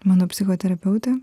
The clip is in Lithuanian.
mano psichoterapeutė